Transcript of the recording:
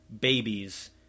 babies